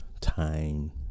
time